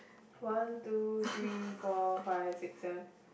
one two three four five six seven